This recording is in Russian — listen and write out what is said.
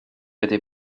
этой